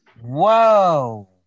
Whoa